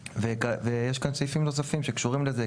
ויש כאן סעיפים נוספים שקשורים לזה,